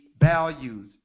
values